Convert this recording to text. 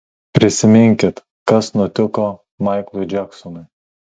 prisiminkit kas nutiko maiklui džeksonui